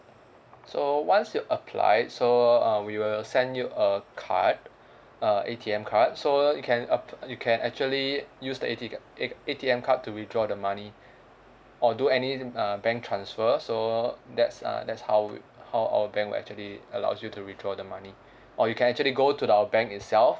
so once you applied so uh we will send you a card uh A_T_M card so you can uh you can actually use the A_T A A_T_M card to withdraw the money or do any uh bank transfer so that's uh that's how how our bank will actually allows you to withdraw the money or you can actually go to the our bank itself